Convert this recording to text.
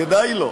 כדאי לו.